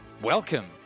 welcome